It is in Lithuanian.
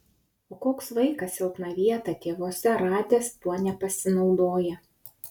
o koks vaikas silpną vietą tėvuose radęs tuo nepasinaudoja